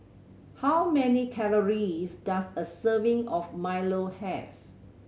how many calories does a serving of milo have